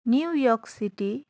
New York city